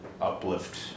uplift